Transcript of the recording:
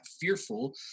fearful